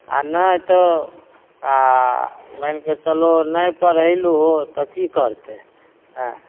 आ नहि तऽ आ मानिके चलहो नहि पढ़ैलहो तऽ की करतै एँ